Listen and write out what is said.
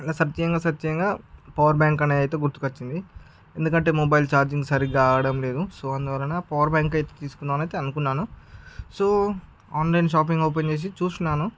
అలా సెర్చ్ చేయంగా సెర్చ్ చేయంగా పవర్ బ్యాంక్ అనేది అయితే గుర్తుకు వచ్చింది ఎందుకంటే మొబైల్ ఛార్జింగ్ సరిగ్గా ఆగడం లేదు సో అందువలన పవర్ బ్యాంక్ తీసుకుందాం అయితే అనేసి అనుకున్నాను సో ఆన్లైన్ షాపింగ్ ఓపెన్ చేసి చూస్తున్నాను